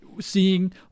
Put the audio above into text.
seeing